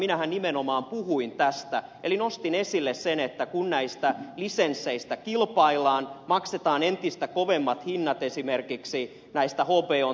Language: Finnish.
minähän nimenomaan puhuin tästä eli nostin esille sen että kun näistä lisensseistä kilpaillaan maksetaan entistä kovemmat hinnat esimerkiksi näistä hbon tv sarjoista